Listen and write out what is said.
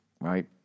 right